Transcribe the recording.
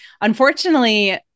unfortunately